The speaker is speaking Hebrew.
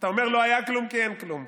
אתה אומר, לא היה כלום כי אין כלום.